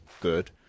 good